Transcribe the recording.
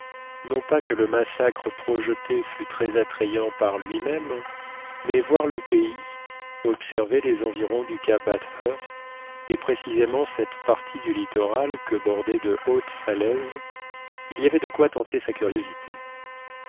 non pas que le massacre projeté fût très attrayant par lui-même mais voir le pays observer les environs du cap bathurst et précisément cette partie du littoral que bordaient de hautes falaises il y avait de quoi tenter sa curiosité